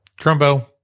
Trumbo